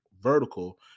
vertical